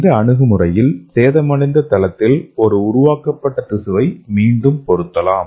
இந்த அணுகுமுறையில் சேதமடைந்த தளத்தில் ஒரு உருவாக்கப்பட்ட திசுவை மீண்டும் பொருத்தலாம்